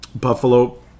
Buffalo